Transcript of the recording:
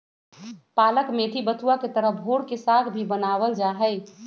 पालक मेथी बथुआ के तरह भोर के साग भी बनावल जाहई